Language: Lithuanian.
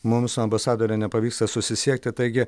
mums su ambasadore nepavyksta susisiekti taigi